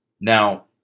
Now